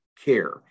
care